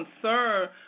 concern